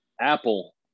Apple